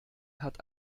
hat